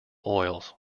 oils